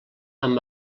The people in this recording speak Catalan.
amb